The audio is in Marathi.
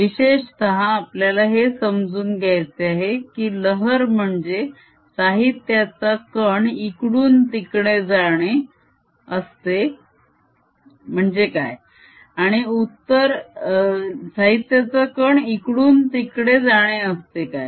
विशेषतः आपल्याला हे समजून घ्यायचे आहे की लहर म्हणजे साहित्याचा कण इकडून तिकडे जाणे असते काय